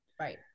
Right